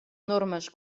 normes